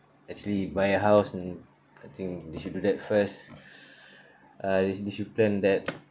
actually buy a house and I think they should do that first uh th~ they should plan that